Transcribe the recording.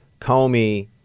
Comey